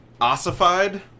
Ossified